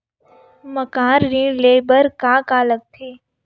मकान ऋण ले बर का का लगथे?